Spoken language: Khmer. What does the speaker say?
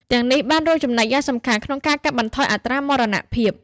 ទាំងនេះបានរួមចំណែកយ៉ាងសំខាន់ក្នុងការកាត់បន្ថយអត្រាមរណភាព។